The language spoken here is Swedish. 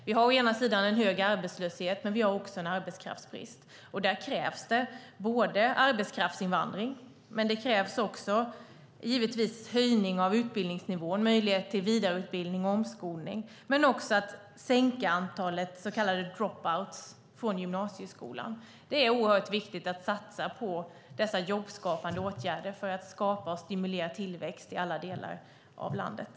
Vi har å ena sidan en hög arbetslöshet, men vi har å andra sidan också en arbetskraftsbrist. Där krävs både arbetskraftsinvandring och givetvis en höjning av utbildningsnivå, möjlighet till vidareutbildning och omskolning. Det handlar också om att sänka antalet så kallade dropouts från gymnasieskolan. Det är oerhört viktigt att satsa på dessa jobbskapande åtgärder för att stimulera tillväxt i alla delar av landet.